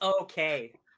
okay